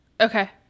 Okay